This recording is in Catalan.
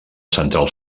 central